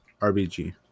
RBG